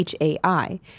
HAI